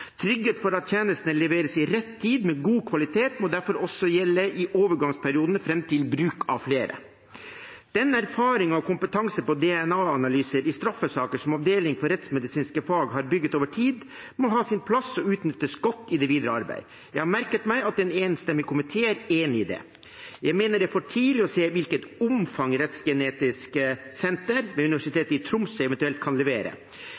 Trygghet for at tjenestene leveres i rett tid med god kvalitet, må derfor også gjelde i overgangsperiodene fram til bruk av flere. Den erfaringen og kompetansen på DNA-analyser i straffesaker som Avdeling for rettsmedisinske fag har bygget over tid, må ha sin plass og utnyttes godt i det videre arbeidet. Jeg har merket meg at en enstemmig komité er enig i det. Jeg mener det er for tidlig å si hvilket omfang Rettsgenetisk senter ved Universitetet i Tromsø eventuelt kan levere.